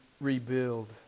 rebuild